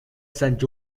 sant